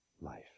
life